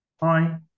Hi